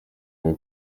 bwo